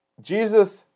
Jesus